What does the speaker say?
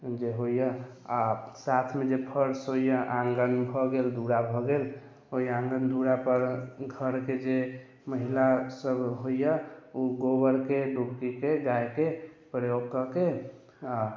जे होइए आओर साथमे जे फर्श होइए आँगन भऽ गेल दूरा भऽ गेल ओइ आँगन दूरापर घरके जे महिला सब होइए उ गोबरके गायके प्रयोग कऽ के